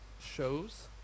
shows